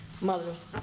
mother's